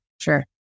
Sure